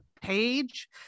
page